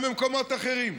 גם במקומות אחרים.